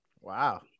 Wow